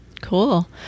Cool